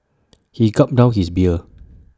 he gulped down his beer